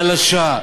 חלשה,